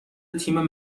تیم